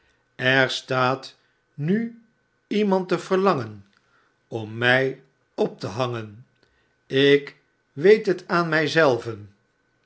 er staat nu iemand te verlangen om my op te hangen ik weet het aan mij